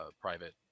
private